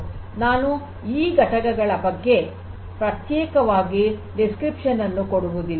ನಾನು ಈ ಘಟಕಗಳ ಬಗ್ಗೆ ಪ್ರತ್ಯೇಕವಾಗಿ ವಿವರಣೆಯನ್ನು ಕೊಡುವುದಿಲ್ಲ